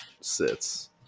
sits